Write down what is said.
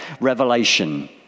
revelation